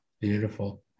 beautiful